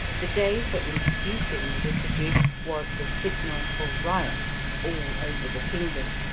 the day for introducing the liturgy was the signal for riots all over the kingdom.